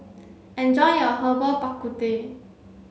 enjoy your Herbal Bak Ku Teh